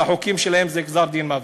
והחוקים שלהם זה גזר-דין מוות.